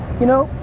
you know,